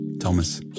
Thomas